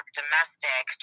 domestic